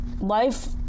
life